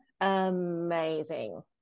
Amazing